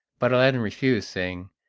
but aladdin refused, saying,